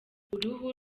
uruhu